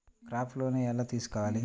Crop loan ఎలా తీసుకోవాలి?